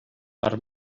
per